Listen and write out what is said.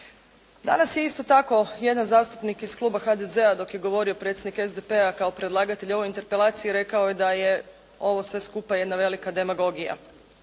Danas je isto tako jedan zastupnik iz kluba HDZ-a dok je govorio predsjednik SDP-a kao predlagatelj o ovoj interpelaciji rekao da je ovo sve skupa jedna velika demagogija.